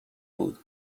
بود